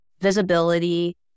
visibility